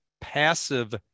passive